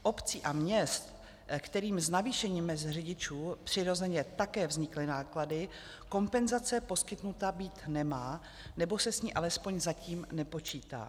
Obcím a městům, kterým s navýšením mezd řidičů přirozeně také vznikly náklady, kompenzace poskytnuta být nemá, nebo se s ní alespoň zatím nepočítá.